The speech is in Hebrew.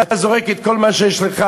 אתה זורק את כל מה שיש לך,